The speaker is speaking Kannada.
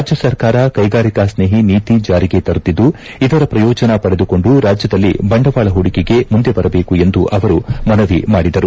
ರಾದ್ಯ ಸರ್ಕಾರ ಕೈಗಾರಿಕಾ ಸ್ನೇಹಿ ನೀತಿ ಜಾರಿಗೆ ತರುತ್ತಿದ್ದು ಇದರ ಪ್ರಯೋಜನ ಪಡೆದುಕೊಂಡು ರಾಜ್ಯದಲ್ಲಿ ಬಂಡವಾಳ ಪೂಡಿಕೆಗೆ ಮುಂದೆ ಬರಬೇಕು ಎಂದು ಅವರು ಮನವಿ ಮಾಡಿದರು